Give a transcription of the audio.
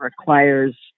requires